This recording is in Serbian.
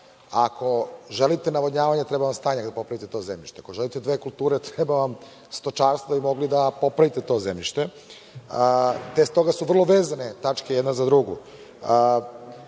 želite navodnjavanje treba vam stanje da popravite to zemljište. Ako želite dve kulture, treba vam stočarstvo da bi mogli da popravite to zemljište. Bez toga su vrlo vezane tačke jedna za drugu. Ono